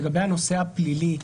לגבי הנושא הפלילי.